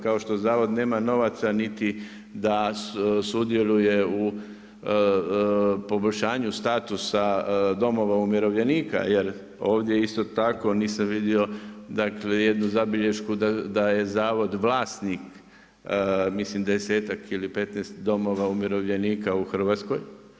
Kao što Zavod nema novaca da sudjeluju u poboljšanju statusa domova umirovljenika, jer ovdje isto tako nisam vidio niti jednu zabilješku da je Zavod vlasnik, mislim 10-tak ili 15 domova umirovljenika u Hrvatskoj.